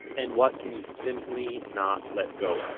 and what can you simply not let go of?